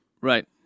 Right